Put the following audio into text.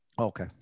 Okay